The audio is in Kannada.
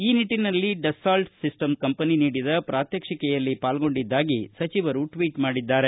ಈ ನಿಟ್ನನಲ್ಲಿ ಡಸ್ತಾಲ್ಟ್ ಸಿಸ್ಟಮ್ಸ್ ಕಂಪನಿ ನೀಡಿದ ಪ್ರಾತ್ಸ್ಟಿಕೆಯಲ್ಲಿ ಪಾಲ್ಗೊಂಡಿದ್ದಾಗಿ ಸಚಿವರು ಟ್ವೀಟ್ ಮಾಡಿದ್ದಾರೆ